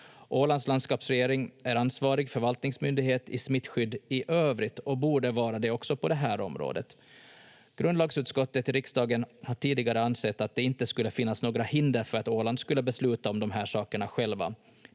Ålands landskapsregering är ansvarig förvaltningsmyndighet i smittskydd i övrigt och borde vara det också på det här området. Grundlagsutskottet i riksdagen har tidigare ansett att det inte skulle finnas några hinder för att Åland skulle besluta om de här sakerna själva.